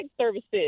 services